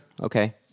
okay